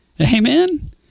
Amen